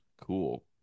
cool